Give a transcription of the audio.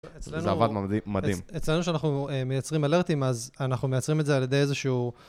זה עבד מדהים, אצלנו כשאנחנו מייצרים אלרטים אז אנחנו מייצרים את זה על ידי איזשהו